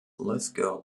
lithgow